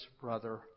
brother